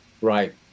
Right